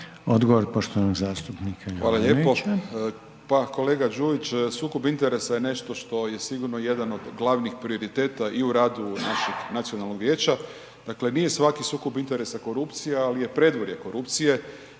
**Jovanović, Željko (SDP)** Hvala lijepo. Pa kolega Đujić sukob interesa je nešto što je sigurno jedan od glavnih prioriteta i u radu našeg nacionalnog vijeća, dakle, nije svaki sukob interesa korupcija, ali je predvorje korupcije